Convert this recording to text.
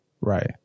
right